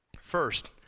First